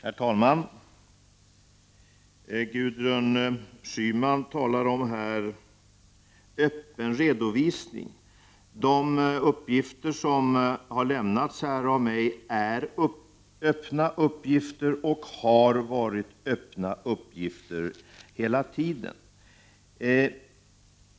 Herr talman! Gudrun Schyman talar om öppen redovisning. De uppgifter som har lämnats av mig är öppna uppgifter och har varit öppna uppgifter hela tiden.